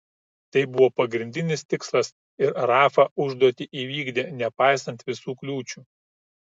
tai buvo pagrindinis tikslas ir rafa užduotį įvykdė nepaisant visų kliūčių